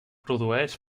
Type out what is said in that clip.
produeix